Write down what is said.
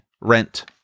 rent